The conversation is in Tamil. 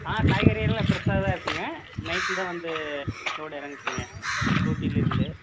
ஆ காய்கறி எல்லாம் ஃப்ரெஷ்ஷாக தான் இருக்குதுங்க நைட்டில் தான் வந்து லோட் இறங்குச்சிங்க ஊட்டியிலிருந்து